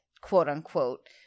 quote-unquote